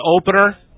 opener